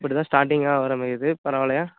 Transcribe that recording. இப்படி தான் ஸ்டாட்டிங்காக வரமாரி இருக்கு பரவால்லையா